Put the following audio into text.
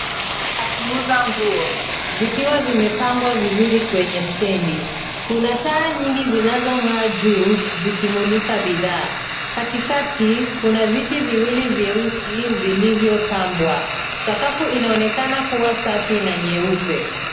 Ya kuuza nguo zikiwa zimepangwa vizuri kwenye stendi. Kuna taa nyingi zinazong'aa juu zikimulika bidhaa. Katikati kuna viti viwili vyeusi vilivyopambwa. Sakafu inaonekana kuwa safi na nyeupe.